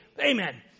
Amen